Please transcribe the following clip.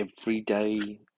everyday